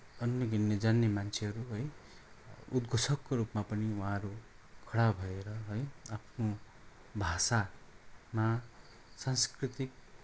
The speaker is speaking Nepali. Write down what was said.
मान्ने गिन्ने जान्ने मान्छेहरू है उद्घोषकको रूपमा पनि उहाँहरू खडा भएर है आफ्नो भाषामा सांस्कृतिक